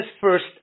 first